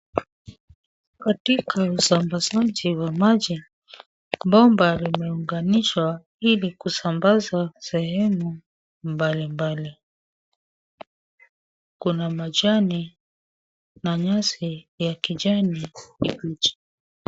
Katika usambazaji wa maji , bomba limeunganishwa ili kusambazwa sehemu mbalimbali. Kuna majani na nyasi ya kijani kibichi.